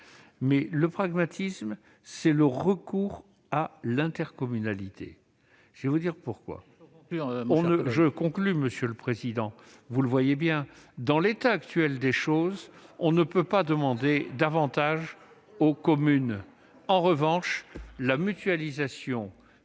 Ce pragmatisme, c'est le recours à l'intercommunalité. Veuillez conclure, mon cher collègue. Je conclus, monsieur le président, vous le voyez bien ! En l'état actuel des choses, on ne peut pas demander davantage aux communes. En revanche, la mutualisation